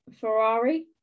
Ferrari